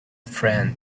friend